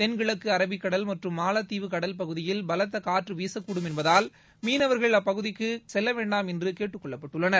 தெள்கிழக்கு அரபிக்கடல் மற்றும் மாலத்தீவு கடல் பகுதியில் பலத்த காற்று வீசக்கூடும் என்பதால் மீனவர்கள் அப்பகுதிக்குச் செல்ல வேண்டாம் என்று கேட்டுக் கொள்ளப்பட்டுள்ளனர்